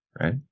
right